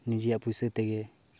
ᱱᱤᱡᱮᱨᱟᱜ ᱯᱚᱭᱥᱟ ᱛᱮᱜᱮ